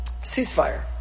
ceasefire